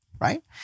Right